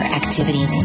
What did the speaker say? activity